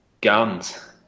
Guns